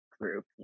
group